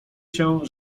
się